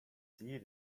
see